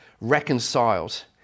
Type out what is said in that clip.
reconciled